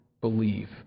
believe